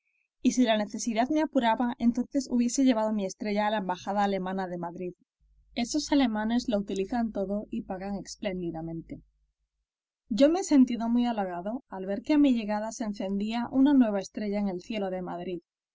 y si la necesidad me apuraba entonces hubiese llevado mi estrella a la embajada alemana de madrid esos alemanes lo utilizan todo y pagan espléndidamente yo me he sentido muy halagado al ver que a mi llegada se encendía una nueva estrella en el cielo de madrid